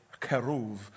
keruv